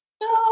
no